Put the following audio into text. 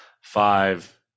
five